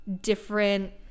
different –